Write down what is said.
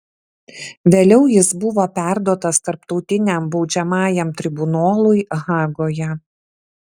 vėliau jis buvo perduotas tarptautiniam baudžiamajam tribunolui hagoje